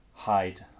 Height